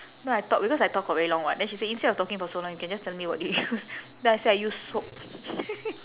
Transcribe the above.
no I talk because I talk for very long [what] then she say instead of talking for so long you can just tell me what you use then I say I use soap